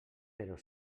però